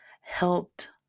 helped